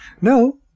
No